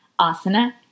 asana